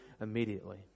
immediately